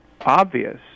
obvious